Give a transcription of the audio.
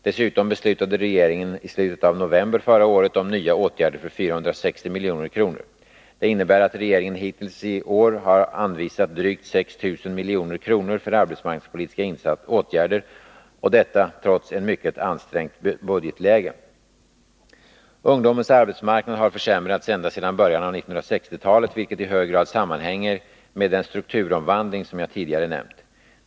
Dessutom beslutade regeringen i slutet av november förra året om nya åtgärder för 460 milj.kr. Det innebär att regeringen hittills i år har anvisat drygt 6 000 milj.kr. för arbetsmarknadspolitiska åtgärder, och detta trots ett mycket ansträngt budgetläge. Ungdomens arbetsmarknad har försämrats ända sedan början av 1960 talet, vilket i hög grad sammanhänger med den strukturomvandling som jag tidigare nämnt.